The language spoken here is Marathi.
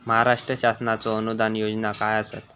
महाराष्ट्र शासनाचो अनुदान योजना काय आसत?